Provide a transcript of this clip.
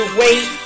wait